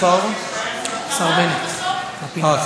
השר בנט בפינה.